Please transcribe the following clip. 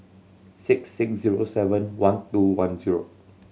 six six zero seven one two one zero